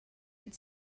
had